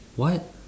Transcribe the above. what